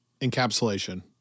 encapsulation